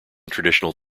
traditional